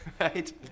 right